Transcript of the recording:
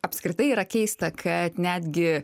apskritai yra keista kad netgi